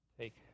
take